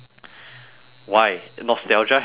why nostalgia has something